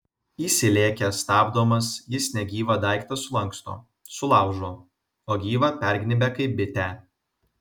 įsilėkęs stabdomas jis negyvą daiktą sulanksto sulaužo o gyvą pergnybia kaip bitę